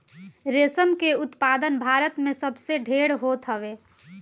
रेशम के उत्पादन भारत में सबसे ढेर होत हवे